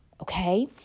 okay